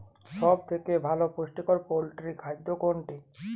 সব থেকে ভালো পুষ্টিকর পোল্ট্রী খাদ্য কোনটি?